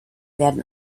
werden